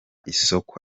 isoko